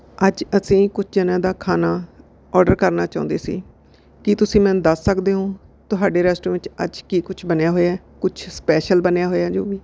ਅੱਜ ਅਸੀਂ ਕੁਝ ਜਣਿਆ ਦਾ ਖਾਣਾ ਓਰਡਰ ਕਰਨਾ ਚਾਹੁੰਦੇ ਸੀ ਕੀ ਤੁਸੀਂ ਮੈਨੂੰ ਦੱਸ ਸਕਦੇ ਹੋ ਤੁਹਾਡੇ ਰੈਸਟੋ ਵਿੱਚ ਅੱਜ ਕੀ ਕੁਛ ਬਣਿਆ ਹੋਇਆ ਕੁਛ ਸਪੈਸ਼ਲ ਬਣਿਆ ਹੋਇਆ ਜੋ ਵੀ